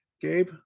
Gabe